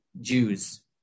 Jews